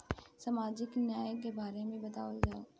सामाजिक न्याय के बारे में बतावल जाव?